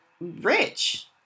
rich